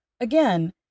Again